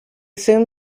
soon